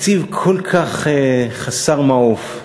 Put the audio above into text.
תקציב כל כך חסר מעוף,